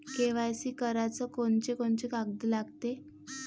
KYC कराच कोनचे कोनचे कागद लागते?